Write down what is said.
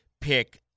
pick